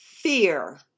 Fear